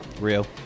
real